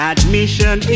Admission